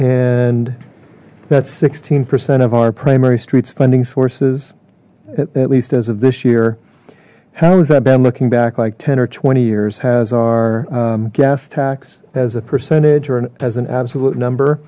and that's sixteen percent of our primary street's funding sources at least as of this year how is that been looking back like ten or twenty years has our gas tax as a percentage or as an absolute number